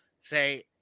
say